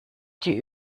die